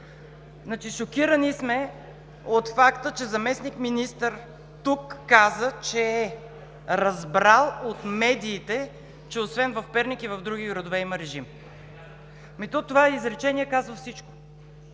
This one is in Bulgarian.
Шокирани сме от факта, че заместник министър тук каза, че е разбрал от медиите, че освен в Перник, и в други градове има режим. Ми то това изречение казва всичко!